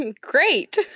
Great